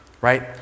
right